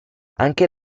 anche